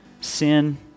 sin